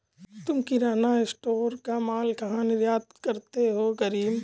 तुम किराना स्टोर का मॉल कहा निर्यात करते हो करीम?